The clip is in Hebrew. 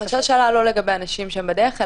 החשש לא עלה לגבי אנשים בדרך,